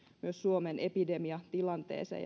myös suomen epidemiatilanteeseen